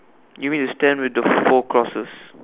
you need to stand with the four crosses